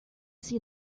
see